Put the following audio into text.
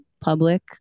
public